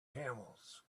camels